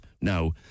Now